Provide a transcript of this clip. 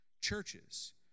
churches